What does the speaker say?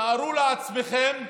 תארו לעצמכם,